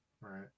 right